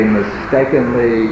mistakenly